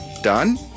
Done